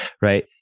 right